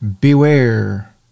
beware